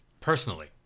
Personally